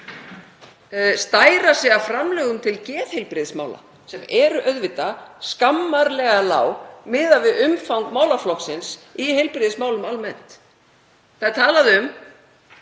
stæra sig af framlögum til geðheilbrigðismála sem eru auðvitað skammarlega lág miðað við umfang málaflokksins í heilbrigðismálum almennt. Það er talað um